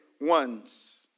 ones